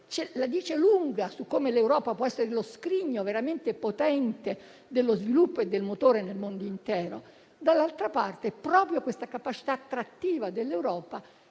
la dice lunga su come l'Europa possa essere lo scrigno veramente potente dello sviluppo e del motore nel mondo intero, d'altra parte, proprio la capacità attrattiva dell'Europa